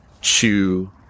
chew